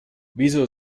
wieso